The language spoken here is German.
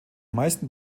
meisten